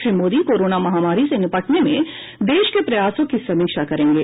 Shri Modi corona महामारी से निपटने में देश के प्रयासों की समीक्षा करेंगे